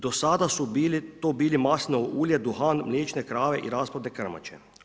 Do sada su to bili masno ulje, duhan, mliječne krave i rasplodne krmače.